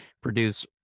produce